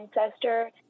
ancestor